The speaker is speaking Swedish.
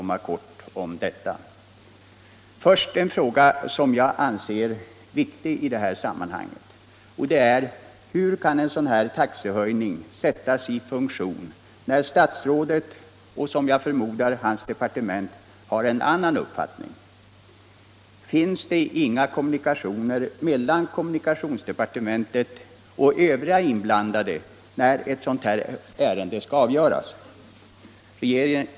22 januari 1976 En fråga som jag tycker är viktig i detta sammanhang är: Hur kan LL en sådan här taxehöjning sättas i kraft när statsrådet, och jag förmodar Om prishöjningarna också hans departement, har en annan uppfattning? Finns det inga kom = på inrikesflygets munikationer mellan kommunikationsdepartementet och övriga inblan — linjer till övre dade, när ett sådant här ärende skall avgöras?